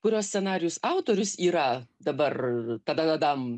kurio scenarijus autorius yra dabar ta da da dam